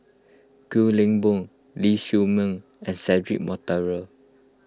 Kwek Leng Beng Ling Siew May and Cedric Monteiro